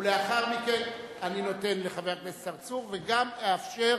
לאחר מכן אני נותן לחבר הכנסת צרצור, וגם אאפשר